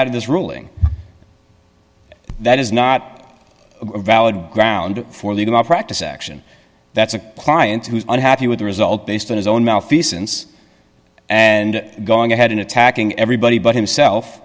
out of this ruling that is not valid grounds for legal malpractise action that's a client who's unhappy with the result based on his own malfeasance and going ahead and attacking everybody but himself